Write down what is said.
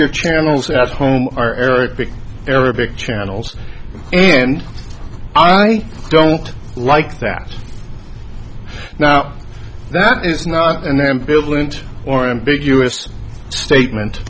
your channels at home are arabic arabic channels and i don't like that now that is not an ambivalent or ambiguous statement